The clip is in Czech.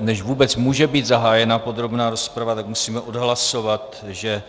Než vůbec může být zahájena podrobná rozprava, tak musíme odhlasovat, že